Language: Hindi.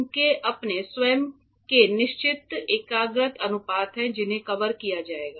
उनके अपने स्वयं के निश्चित एकाग्रता अनुपात हैं जिन्हें कवर किया जाएगा